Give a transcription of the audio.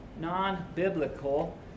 non-biblical